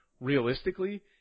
realistically